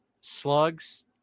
Slugs